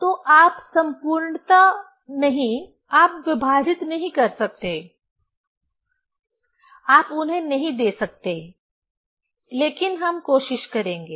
तो आप संपूर्णत नहीं आप विभाजित नहीं कर सकते आप उन्हें नहीं दे सकते लेकिन हम कोशिश करेंगे